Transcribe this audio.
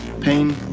pain